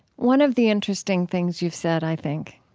one of the interesting things you've said, i think,